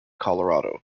colorado